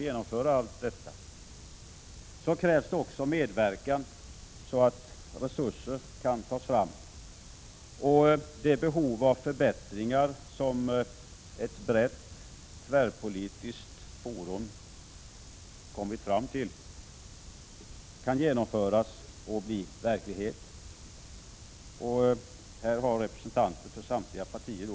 Men för genomförande av alla de förbättringar som ett brett tvärpolitiskt forum funnit behov av krävs det också att resurser kan tas fram. I arbetet har deltagit representanter för samtliga partier.